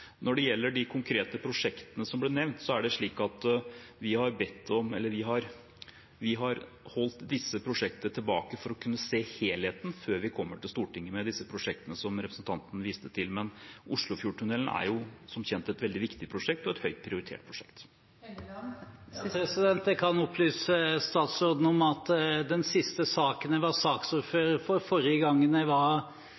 Når det gjelder de konkrete prosjektene som ble nevnt, har vi holdt dem tilbake for å kunne se helheten før vi kommer til Stortinget med dem, men Oslofjordtunnelen er som kjent et veldig viktig prosjekt og et høyt prioritert prosjekt. Jeg kan opplyse statsråden om at den siste saken jeg var